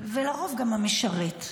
ולרוב גם המשרת.